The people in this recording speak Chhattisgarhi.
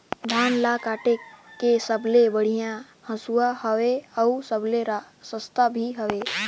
धान ल काटे के सबले बढ़िया हंसुवा हवये? अउ सबले सस्ता भी हवे?